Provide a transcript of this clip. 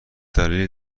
دلیلی